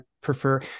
prefer